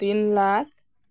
ᱛᱤᱱ ᱞᱟᱠᱷ